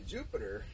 Jupiter